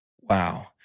Wow